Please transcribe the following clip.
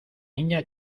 niña